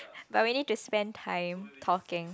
but we need to spend time talking